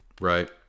right